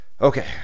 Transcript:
Okay